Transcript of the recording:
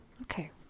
Okay